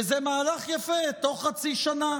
וזה מהלך יפה בתוך חצי שנה.